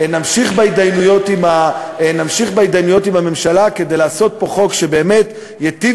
נמשיך בהתדיינויות עם הממשלה כדי לעשות פה חוק שבאמת ייטיב